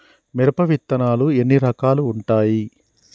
మిరప విత్తనాలు ఎన్ని రకాలు ఉంటాయి?